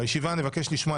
בישיבה אני מבקש לשמוע,